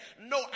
No